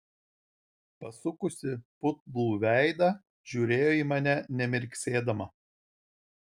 pasukusi putlų veidą žiūrėjo į mane nemirksėdama